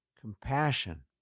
compassion